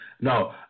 No